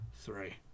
Three